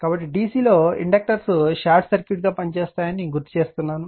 కాబట్టి DC లో inductors short circuit గా పనిచేస్తాయని నేను గుర్తుచేస్తున్నాను